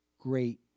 great